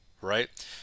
right